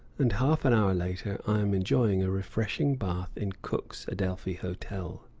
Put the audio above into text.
and half an hour later i am enjoying a refreshing bath in cook's adelphi hotel.